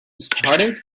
started